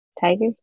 Tiger